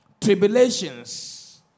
tribulations